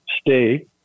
stay